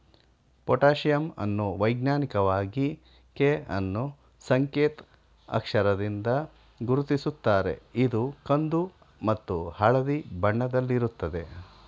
potassium ಅನ್ನು ವೈಜ್ಞಾನಿಕವಾಗಿ K ಅನ್ನೂ ಸಂಕೇತ್ ಅಕ್ಷರದಿಂದ ಗುರುತಿಸುತ್ತಾರೆ ಇದು ಕಂದು ಮತ್ತು ಹಳದಿ ಬಣ್ಣದಲ್ಲಿರುತ್ತದೆ